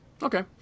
Okay